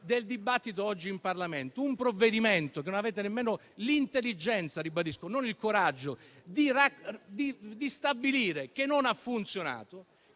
del dibattito oggi in Parlamento. Un provvedimento che non avete nemmeno l'intelligenza - ribadisco - non il coraggio, di stabilire che non ha funzionato,